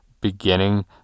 beginning